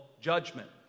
judgment